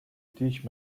teach